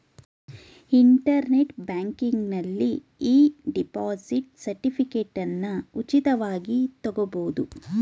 internet ಬ್ಯಾಂಕಿಂಗ್ನಲ್ಲಿ e deposit ಸರ್ಟಿಫಿಕೇಟನ್ನ ಉಚಿತವಾಗಿ ತಗೊಬೋದು